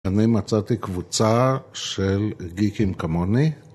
‫אני מצאתי קבוצה של גיקים כמוני.